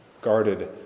guarded